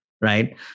right